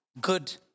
good